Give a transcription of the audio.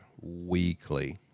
weekly